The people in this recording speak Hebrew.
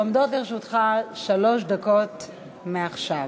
עומדות לרשותך שלוש דקות מעכשיו.